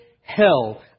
hell